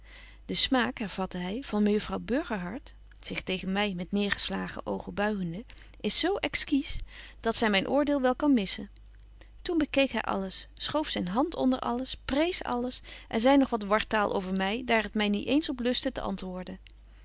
de smaak hervatte hy van mejuffrouw burgerhart zich tegen my met neêrgeslagen oogen buigende is zo exquis dat zy myn oordeel wel kan missen toen bekeek hy alles schoof zyn hand onder alles prees alles en zei nog wat wartaal over my daar het my niet eens op luste te antwoorden